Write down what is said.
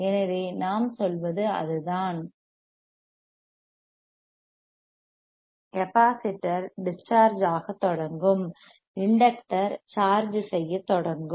எனவே நாம் சொல்வது அதுதான் கெப்பாசிட்டர் டிஸ் சார்ஜ் ஆக தொடங்கும் இண்டக்டர் சார்ஜ் செய்யத் தொடங்கும்